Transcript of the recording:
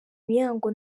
muyango